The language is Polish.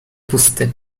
pusty